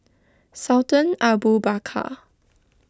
Sultan Abu Bakar